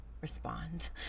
respond